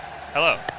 Hello